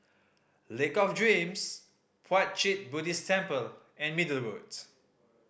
Lake of Dreams Puat Jit Buddhist Temple and Middle Road